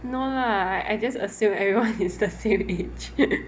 no lah I I just assume everyone is the same age